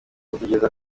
atekereza